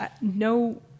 no